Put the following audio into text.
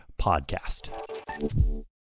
podcast